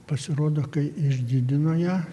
pasirodo kai išdidino ją